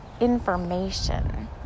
information